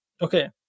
Okay